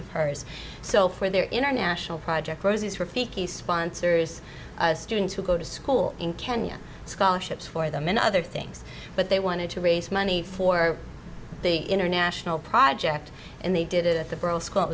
of hers so for their international project rosie's repeat the sponsors students who go to school in kenya scholarships for them and other things but they wanted to raise money for the international project and they did it